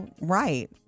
right